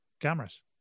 Cameras